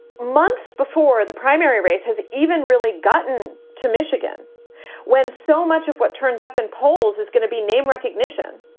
months before the primary race has even really gotten to michigan when so much of what turns up in polls is going to be name recognition.